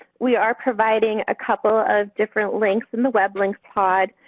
we are providing a couple of different links in the web links pod.